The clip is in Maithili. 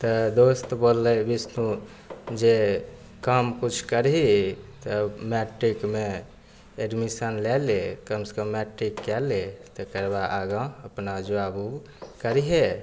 तऽ दोस्त बोललै विष्णु जे काम किछु करही तब मैट्रिकमे एडमिशन लै ले कमसे कम मैट्रिक कै ले तकर बाद आगाँ अपना जॉब उब करिहेँ